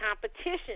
competition